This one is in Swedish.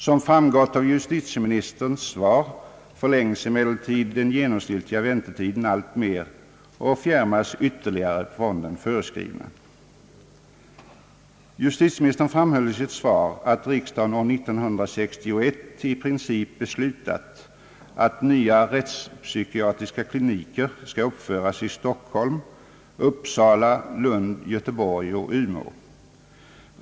Som framgått av justitieministerns svar förlängs emellertid den genomsnittliga väntetiden alltmer och fjärmas ytterligare från den föreskrivna. Justitieministern framhöll i sitt svar att riksdagen år 1961 i princip beslutat att nya rättspsykiatriska kliniker skall uppföras i Stockholm, Uppsala, Lund, Göteborg och Umeå.